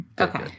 Okay